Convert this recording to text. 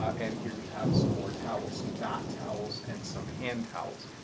and here we have some more towels. some bath towels and some hand towels.